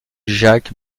jack